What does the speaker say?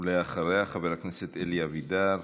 גברתי, ואחריה, חבר הכנסת אלי אבידר,